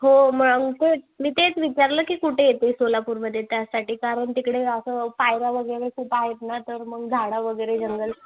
हो मग तेच मी तेच विचारलं की कुठं येते सोलापूरमध्ये त्यासाठी कारण तिकडे असं पायऱ्या वगैरे खूप आहेत ना तर मग झाडं वगैरे जंगल